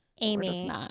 Amy